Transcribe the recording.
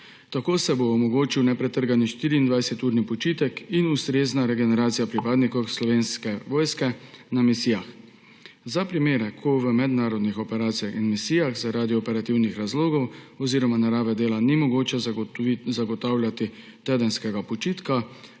Tako se bosta omogočila nepretrgani 24-urni počitek in ustrezna regeneracija pripadnikov Slovenske vojske na misijah. Za primere, ko na mednarodnih operacijah in misijah zaradi operativnih razlogov oziroma narave dela ni mogoče zagotavljati tedenskega počitka,